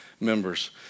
members